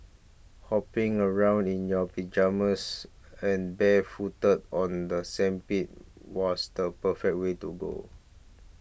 hopping around in your pyjamas and barefooted on the sandpit was the perfect way to go